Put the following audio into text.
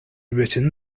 written